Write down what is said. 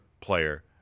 player